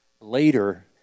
Later